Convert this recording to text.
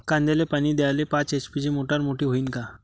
कांद्याले पानी द्याले पाच एच.पी ची मोटार मोटी व्हईन का?